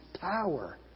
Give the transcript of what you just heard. power